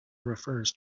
refers